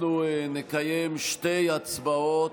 אנחנו נקיים שתי הצבעות,